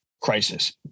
crisis